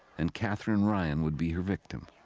and katherine ryan would be her victim.